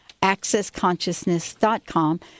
accessconsciousness.com